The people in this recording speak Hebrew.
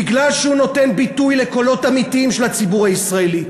בגלל שהוא נותן ביטוי לקולות אמיתיים של הציבור הישראלי,